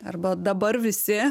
arba dabar visi